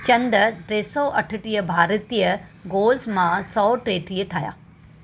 चंदर टे सौ अठटीह भारतीय गोल्स मां सौ टेटीह ठाहिया